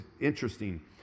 interesting